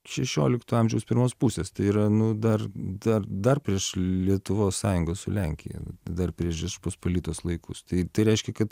šešiolikto amžiaus pirmos pusės tai yra nu dar dar dar prieš lietuvos sąjungą su lenkija dar prieš žečpospolitos laikus tai tai reiškia kad